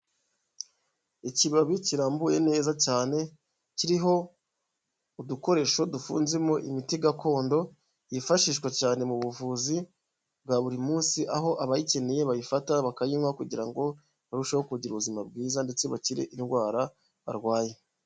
Ikibabi kirambuye neza cyane, kiriho udukoresho dufunzemo imiti gakondo yifashishwa cyane mu buvuzi bwa buri munsi, aho abayikeneye bayifata bakayinywa kugira ngo barusheho kugira ubuzima bwiza ndetse bakire indwara barwaye.